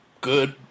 good